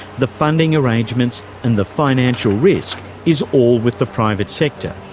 the funding arrangements and the financial risk is all with the private sector.